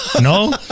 no